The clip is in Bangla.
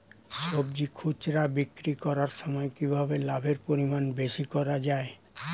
সবজি খুচরা বিক্রি করার সময় কিভাবে লাভের পরিমাণ বেশি করা যায়?